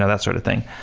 ah that sort of thing.